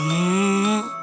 mmm